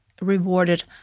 rewarded